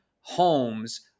homes